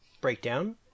breakdown